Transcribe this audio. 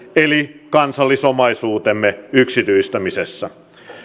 eli kansallisomaisuutemme yksityistämisessä